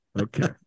Okay